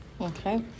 Okay